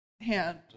hand